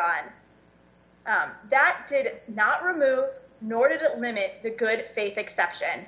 on that did not remove nor did it limit the good faith exception